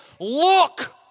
look